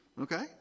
okay